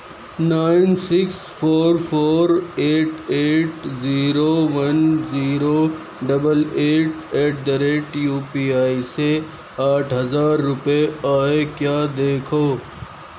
nine six four four eight eight zero one zero double eight eight the rate U P I سے آٹھ ہزار روپئے آئے کیا دیکھو